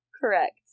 correct